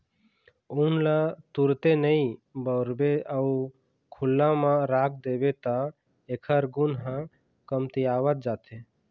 ऊन ल तुरते नइ बउरबे अउ खुल्ला म राख देबे त एखर गुन ह कमतियावत जाथे